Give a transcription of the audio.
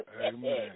Amen